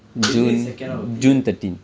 isn't it second half of the year